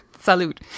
salute